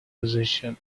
position